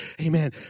Amen